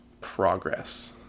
progress